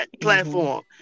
platform